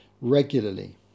regularly